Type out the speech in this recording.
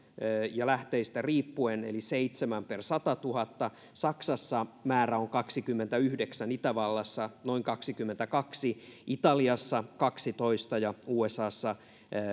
ja lähteistä riippuen eli seitsemän per sadannessatuhannennessa saksassa määrä on kaksikymmentäyhdeksän itävallassa noin kaksikymmentäkaksi italiassa kaksitoista ja usassa